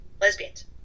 lesbians